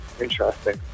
Interesting